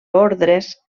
ordres